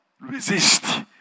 resist